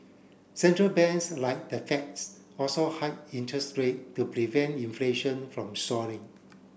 central banks like the Feds also hiked interest rate to prevent inflation from soaring